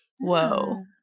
whoa